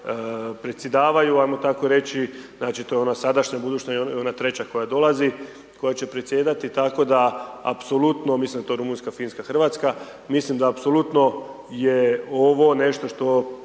predsjedavaju, ajmo tako reći, znači, to je ona sadašnja, buduća i ona treća koja dolazi koja će presjedati, tako da apsolutno, mislim da je to Rumunjska, Finska, RH, mislim da apsolutno je ovo nešto što